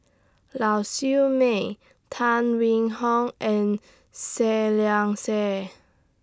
Lau Siew Mei Tan Wing Hong and Seah Liang Seah